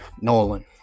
Nolan